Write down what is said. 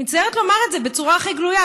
מצטערת לומר את זה בצורה הכי גלויה,